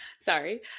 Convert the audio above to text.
sorry